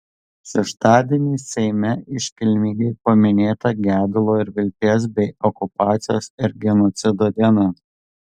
šeštadienį seime iškilmingai paminėta gedulo ir vilties bei okupacijos ir genocido diena